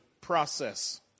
process